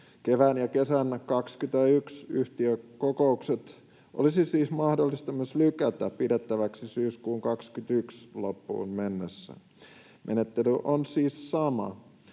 Kevään ja kesän 21 yhtiökokoukset olisi mahdollista myös lykätä pidettäväksi syyskuun 21 loppuun mennessä. Menettely on siis sama